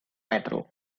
metal